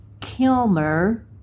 Kilmer